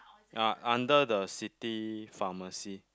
ya under the city pharmacy